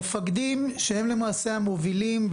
מפקדים הם למעשה המובילים,